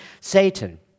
Satan